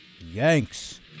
Yanks